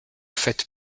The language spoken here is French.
faites